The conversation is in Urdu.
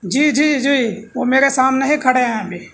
جی جی جی وہ میرے سامنے ہی کھڑے ہیں ابھی